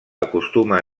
acostuma